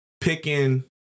Picking